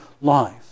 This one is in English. life